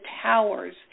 towers